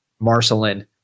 Marcelin